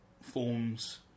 forms